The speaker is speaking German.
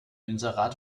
inserat